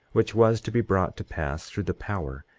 which was to be brought to pass through the power,